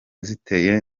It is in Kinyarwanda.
ziteye